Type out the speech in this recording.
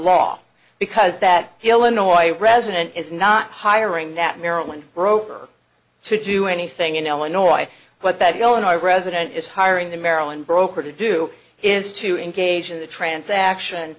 law because that he illinois resident is not hiring that maryland broker to do anything in illinois but that you know in iraq as it is hiring the maryland broker to do is to engage in the transaction